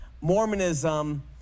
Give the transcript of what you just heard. Mormonism